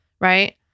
Right